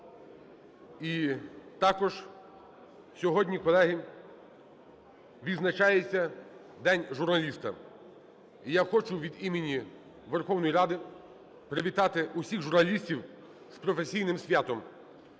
І також сьогодні, колеги, відзначається День журналіста. І я хочу від імені Верховної Ради привітати всіх журналістів з професійним святом.